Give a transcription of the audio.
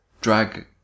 drag